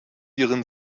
ihren